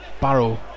Barrow